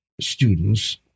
students